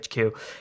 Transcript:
HQ